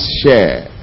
share